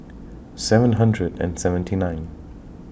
seven hundred and seventy nine